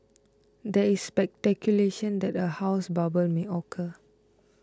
there is speculation that a housing bubble may occur